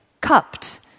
cupped